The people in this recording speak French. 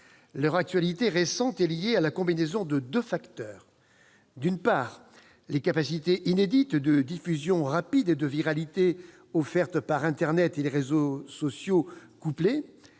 Leur actualité récente est liée à la combinaison de deux facteurs : d'une part, les capacités inédites de diffusion rapide et de viralité offertes par internet et les réseaux sociaux, couplées,